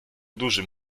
dużym